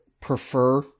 prefer